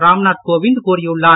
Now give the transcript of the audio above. ராம்நாத் கோவிந்த் கூறியுள்ளார்